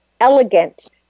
elegant